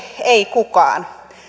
ei kukaan